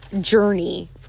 journey